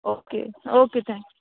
okay okay thank